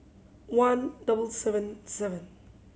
one double seven seven